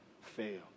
fail